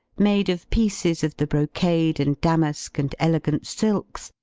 made of pieces of the brocade and damask and elegant silks,